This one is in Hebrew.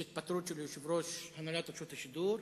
יש התפטרות של יושב-ראש הנהלת רשות השידור.